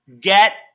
Get